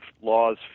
laws